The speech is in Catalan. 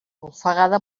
ofegada